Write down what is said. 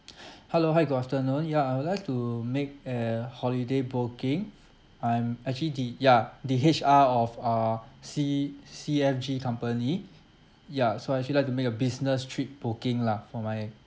hello hi good afternoon ya I would like to make a holiday booking I'm actually the ya the H_R of uh C C F G company ya so I'd actually like to make a business trip booking lah for my